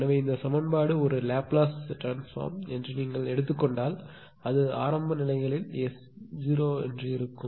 எனவே இந்த சமன்பாடு ஒரு லாப்லேஸ் உருமாற்றம் என்று நீங்கள் எடுத்துக் கொண்டால் அது ஆரம்ப நிலைகளாக எஸ் 0 ஆக இருக்கும்